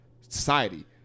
society